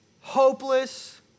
hopeless